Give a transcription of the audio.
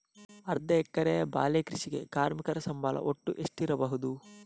ಅರ್ಧ ಎಕರೆಯ ಬಾಳೆ ಕೃಷಿಗೆ ಕಾರ್ಮಿಕ ಸಂಬಳ ಒಟ್ಟು ಎಷ್ಟಿರಬಹುದು?